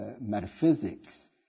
metaphysics